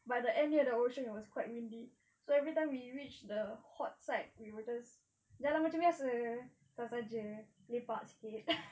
but the end near the ocean was quite windy so everytime we reach the hot side we were just jalan macam biasa saja-saja lepak sikit